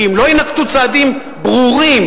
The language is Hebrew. כי אם לא יינקטו צעדים ברורים,